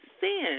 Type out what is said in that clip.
sin